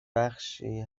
بخشی